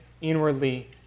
inwardly